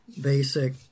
basic